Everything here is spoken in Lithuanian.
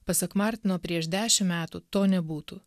pasak martino prieš dešim metų to nebūtų